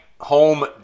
home